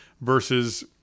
versus